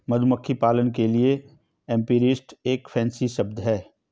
मधुमक्खी पालक के लिए एपीरिस्ट एक फैंसी शब्द है